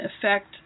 affect